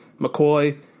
McCoy